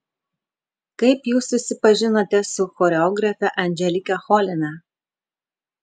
kaip jūs susipažinote su choreografe anželika cholina